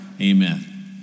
Amen